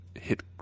hit